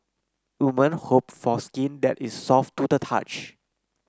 women hope for skin that is soft to the touch